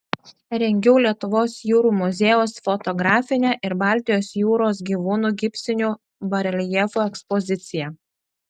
rengiau lietuvos jūrų muziejaus fotografinę ir baltijos jūros gyvūnų gipsinių bareljefų ekspoziciją